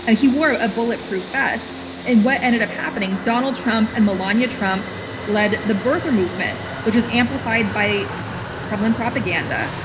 and he wore a bulletproof vest. and what ended up happening? donald trump and melania trump led the birther movement, which was amplified by kremlin propaganda,